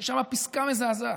יש שם פסקה מזעזעת: